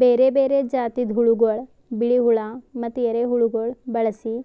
ಬೇರೆ ಬೇರೆ ಜಾತಿದ್ ಹುಳಗೊಳ್, ಬಿಳಿ ಹುಳ ಮತ್ತ ಎರೆಹುಳಗೊಳ್ ಬಳಸಿ